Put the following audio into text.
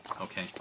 okay